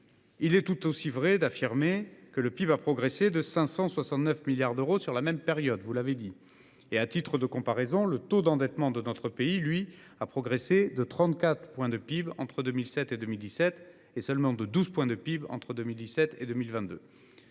il est tout aussi vrai d’affirmer que le PIB a progressé de 569 milliards d’euros sur la même période. À titre de comparaison, le taux d’endettement de notre pays a progressé de trente quatre points de PIB entre 2007 et 2017, contre seulement douze points de PIB entre 2017 et 2022.